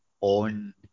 on